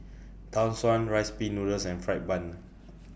Tau Suan Rice Pin Noodles and Fried Bun